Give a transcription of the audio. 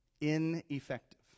ineffective